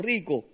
Rico